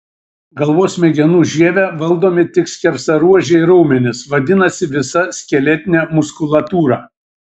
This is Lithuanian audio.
galvos smegenų žieve valdomi tik skersaruožiai raumenys vadinasi visa skeletinė muskulatūra